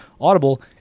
Audible